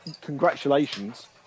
congratulations